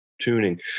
tuning